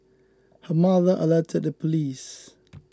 her mother alerted the police